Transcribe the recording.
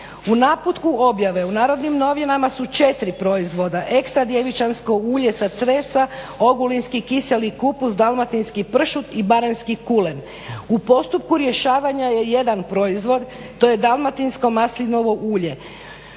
U naputku objave u Narodnim novinama su 4 proizvoda: ekstra djevičansko ulje sa Cresa, ogulinski kiseli kupus, dalmatinski pršut i baranjski kulen. U postupku rješavanja je jedan proizvod to je dalmatinsko maslinovo ulje.